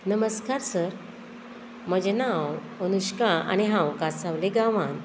नमस्कार सर म्हजें नांव अनुष्का आनी हांव कांसावले गांवांत